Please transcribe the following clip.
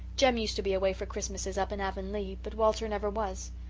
jem used to be away for christmases up in avonlea, but walter never was.